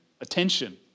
Attention